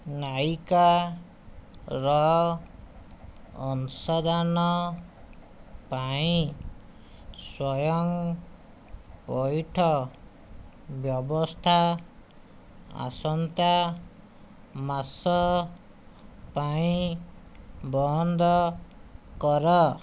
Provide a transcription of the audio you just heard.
ନାଇକା ର ଅଂଶଦାନ ପାଇଁ ସ୍ଵୟଂ ପଇଠ ବ୍ୟବସ୍ଥା ଆସନ୍ତା ମାସ ପାଇଁ ବନ୍ଦ କର